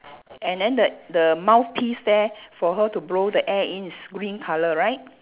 and then the the mouthpiece there for her to blow the air in is green colour right